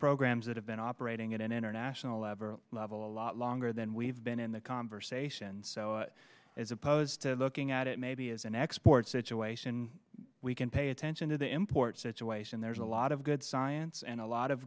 programs that have been operating in an international level level a lot longer than we've been in the conversation so as opposed to looking at it maybe as an export situation we can pay attention to the import situation there's a lot of good science and a lot of